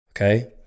Okay